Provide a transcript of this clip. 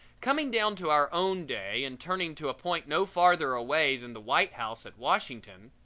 coming down to our own day and turning to a point no farther away than the white house at washington